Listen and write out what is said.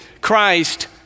Christ